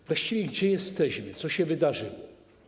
Właściwie gdzie jesteśmy, co się wydarzyło?